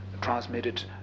transmitted